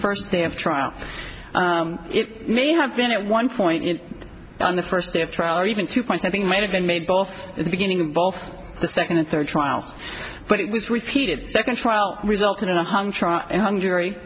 first day of trial it may have been at one point on the first day of trial or even two points i think might have been made both in the beginning and both the second and third trials but it was repeated second trial resulted in a hung jury